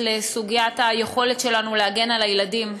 לסוגיית היכולת שלנו להגן על הילדים.